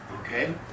okay